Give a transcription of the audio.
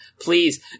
Please